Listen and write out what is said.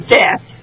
death